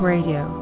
Radio